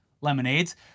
Lemonades